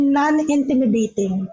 non-intimidating